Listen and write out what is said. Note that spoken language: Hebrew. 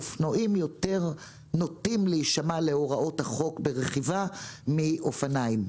אופנועים יותר נוטים להישמע להוראות החוק ברכיבה מאופניים.